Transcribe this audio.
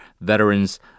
Veterans